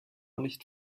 nicht